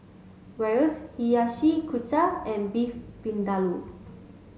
Gyros Hiyashi Chuka and Beef Vindaloo